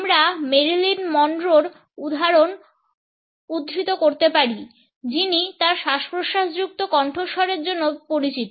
আমরা মেরিলিন মনরোর উদাহরণ উদ্ধৃত করতে পারি যিনি তার শ্বাস প্রশ্বাসযুক্ত কণ্ঠস্বরের জন্য পরিচিত